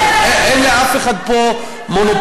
אין לאף אחד פה מונופול.